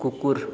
कुकुर